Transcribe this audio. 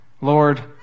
Lord